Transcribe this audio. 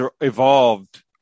evolved